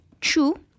true